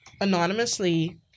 anonymously